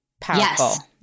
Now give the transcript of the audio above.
Powerful